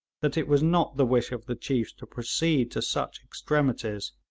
that it was not the wish of the chiefs to proceed to such extremities,